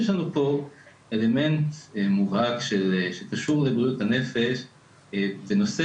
יש לנו פה אלמנט מובהק שקשור לבריאות הנפש בנושא